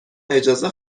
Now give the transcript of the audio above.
اجازه